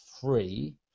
free